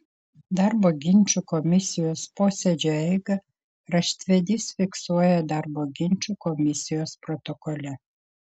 darbo ginčų komisijos posėdžio eigą raštvedys fiksuoja darbo ginčų komisijos protokole